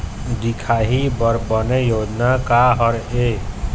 दिखाही बर बने योजना का हर हे?